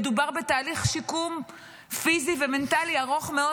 מדובר בתהליך שיקום פיזי ומנטלי ארוך מאוד,